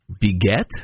Beget